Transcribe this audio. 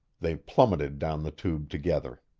they plummeted down the tube together.